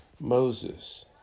Moses